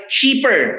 cheaper